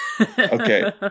Okay